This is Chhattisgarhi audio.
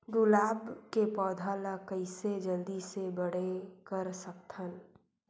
गुलाब के पौधा ल कइसे जल्दी से बड़े कर सकथन?